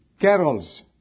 carols